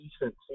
decent